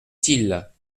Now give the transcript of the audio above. tille